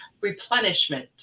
replenishment